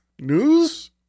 news